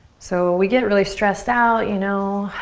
so we get really stressed out you know,